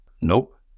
Nope